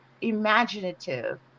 imaginative